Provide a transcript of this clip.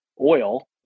oil